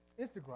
Instagram